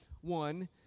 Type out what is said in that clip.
one